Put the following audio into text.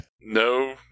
No